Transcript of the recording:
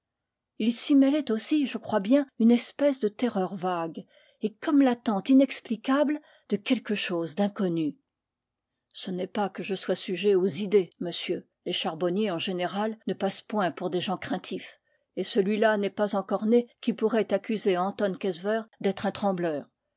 il s'y mêlait aussi je crois bien une espèce de terreur vague et comme l'attente inexplicable de quelque chose d'inconnu ce n'est pas que je sois sujet aux idées monsieur les charbonniers en général ne passent point pour gens crain tifs et celui-là n'est pas encore né qui pourrait accuser anton quesseveur d'être un trembleur